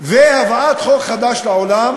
והבאת חוק חדש לעולם,